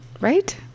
Right